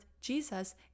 Jesus